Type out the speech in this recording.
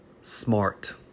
smart